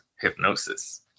hypnosis